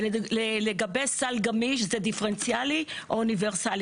ולגבי סל גמיש זה דיפרנציאלי או אוניברסלי?